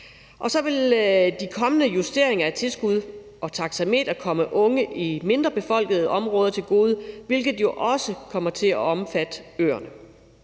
og så vil de kommende justeringer af tilskud og taxameter komme unge i mindre befolkede områder til gode, hvilket jo også kommer til at omfatte øerne.